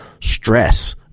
stress